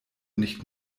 nicht